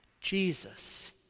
Jesus